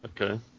Okay